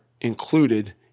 included